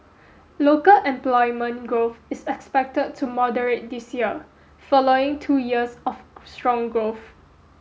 local employment growth is expected to moderate this year following two years of strong growth